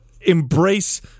embrace